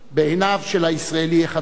בעיניו של הישראלי החדש